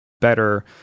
better